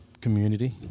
community